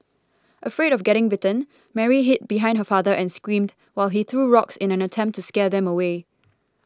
afraid of getting bitten Mary hid behind her father and screamed while he threw rocks in an attempt to scare them away